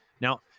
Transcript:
Now